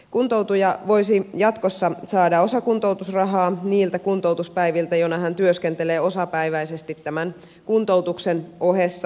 kuntoutuja voisi jatkossa saada osakuntoutusrahaa niiltä kuntoutuspäiviltä joina hän työskentelee osapäiväisesti tämän kuntoutuksen ohessa